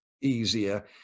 easier